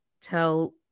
Tell